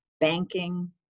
banking